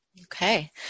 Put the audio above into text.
Okay